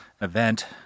event